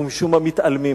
אנחנו משום מה מתעלמים.